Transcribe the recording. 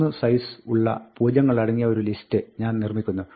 3 size ഉള്ള പൂജ്യങ്ങളടങ്ങിയ ഒരു ലിസ്റ്റ് ഞാൻ നിർമ്മിക്കുന്നു